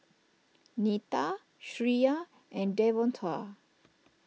Neta Shreya and Devontae